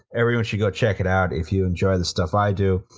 everyone should go check it out if you enjoy the stuff i do.